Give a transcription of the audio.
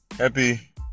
happy